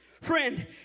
Friend